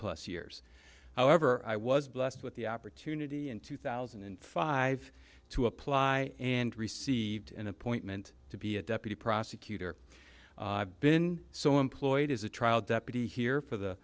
plus years however i was blessed with the opportunity in two thousand and five to apply and received an appointment to be a deputy prosecutor been so employed as a trial deputy here for the